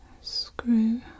screw